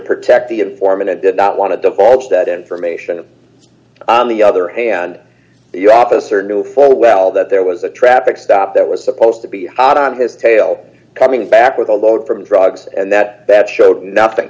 protect the informant and did not want to divulge that information on the other hand you officer knew full well that there was a traffic stop that was supposed to be hot on his tail coming back with a load from drugs and that bet showed nothing